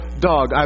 dog